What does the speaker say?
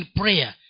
prayer